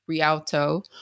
Rialto